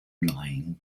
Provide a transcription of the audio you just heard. lying